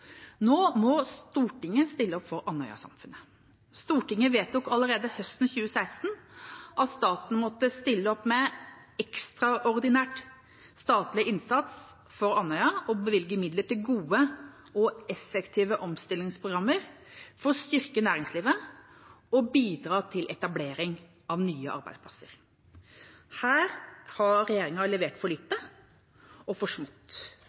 Nå må Stortinget stille opp for Andøya-samfunnet. Stortinget vedtok allerede høsten 2016 at staten måtte stille opp med ekstraordinær statlig innsats for Andøya og bevilge midler til gode og effektive omstillingsprogrammer for å styrke næringslivet og bidra til etablering av nye arbeidsplasser. Her har regjeringa levert for lite og